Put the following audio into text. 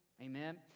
Amen